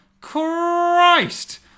Christ